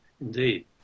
indeed